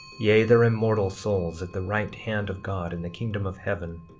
yea, their immortal souls, at the right hand of god in the kingdom of heaven,